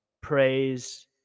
praise